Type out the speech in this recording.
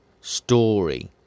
story